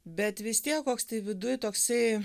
bet vis tiek koks tai viduj toksai